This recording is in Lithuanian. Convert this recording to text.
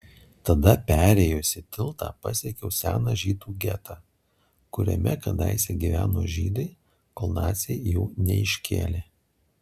tada perėjusi tiltą pasiekiau seną žydų getą kuriame kadaise gyveno žydai kol naciai jų neiškėlė